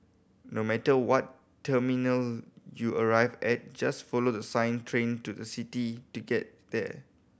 no matter what terminal you arrive at just follow the sign Train to the City to get there